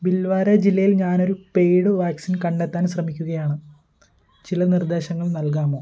ഭിൽവാര ജില്ലയിൽ ഞാൻ ഒരു പെയ്ഡ് വാക്സിൻ കണ്ടെത്താൻ ശ്രമിക്കുകയാണ് ചില നിർദ്ദേശങ്ങൾ നൽകാമോ